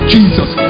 Jesus